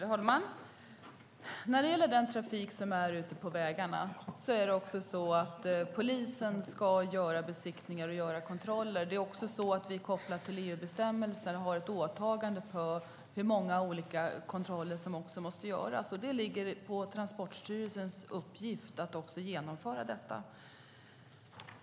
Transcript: Herr talman! När det gäller trafiken ute på vägarna ska polisen göra besiktningar och kontroller. Vi har också ett åtagande kopplat till EU-bestämmelser i fråga om hur många kontroller som måste göras. Det är Transportstyrelsens uppgift att genomföra detta.